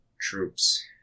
troops